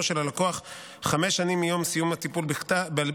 של הלקוח חמש שנים מיום סיום הטיפול בתיק,